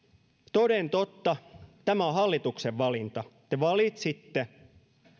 toden totta tämä on hallituksen valinta te valitsitte